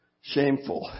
shameful